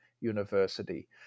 University